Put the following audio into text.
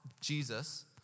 Jesus